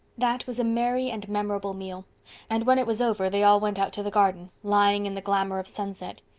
that was a merry and memorable meal and when it was over they all went out to the garden, lying in the glamor of sunset.